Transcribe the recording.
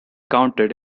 counted